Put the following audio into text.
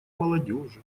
молодежи